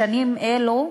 בשנים אלו,